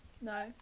no